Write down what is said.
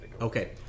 Okay